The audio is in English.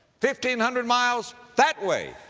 fifteen hundred miles that way,